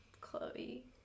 Chloe